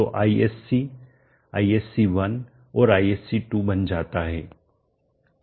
तो ISC ISC1 और ISC2 बन जाता है